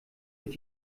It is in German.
wird